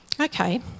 Okay